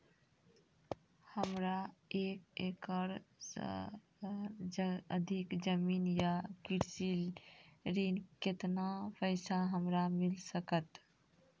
हमरा एक एकरऽ सऽ अधिक जमीन या कृषि ऋण केतना पैसा हमरा मिल सकत?